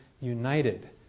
united